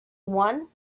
one